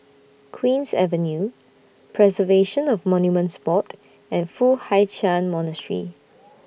Queen's Avenue Preservation of Monuments Board and Foo Hai Ch'An Monastery